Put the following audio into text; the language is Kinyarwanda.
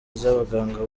z’abaganga